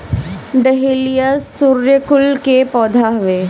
dahlia सूर्यकुल के पौधा हवे